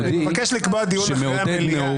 נבקש לקבוע דיון אחרי המליאה.